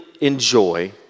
enjoy